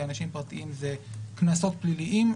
לאנשים פרטיים זה קנסות פליליים,